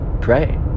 pray